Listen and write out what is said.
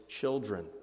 children